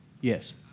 Yes